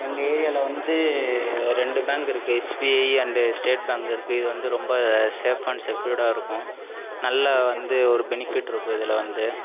எங்கள் ஏரியாவில வந்து ரெண்டு பேங்க் இருக்கு எஸ்பிஐ அண்டு ஸ்டேட் பேங்க் இருக்கு இது வந்து ரொம்ப சேஃப் அண்ட் செக்கியூர்டாக இருக்கும் நல்ல வந்து ஒரு பெனிஃபிட்யிருக்கும் இதில் வந்து